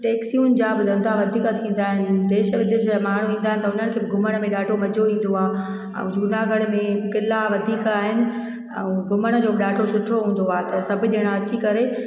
टैक्सियूं जाम बि धंधा वधीक थींदा आहिनि देशु विदेश जा माण्हू ईंदा त हुननि खे घुमण में ॾाढो मज़ो ईंदो आहे ऐं जूनागढ़ में क़िला वधीक आहिनि ऐं घुमण जो बि ॾाढो सुठो हूंदो आहे त सभु ॼणा अची करे